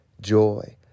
joy